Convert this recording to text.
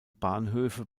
bahnhöfe